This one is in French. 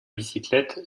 bicyclette